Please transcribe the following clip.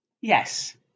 Yes